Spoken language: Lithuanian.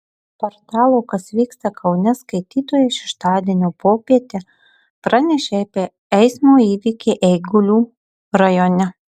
portalo kas vyksta kaune skaitytojai šeštadienio popietę pranešė apie eismo įvykį eigulių rajone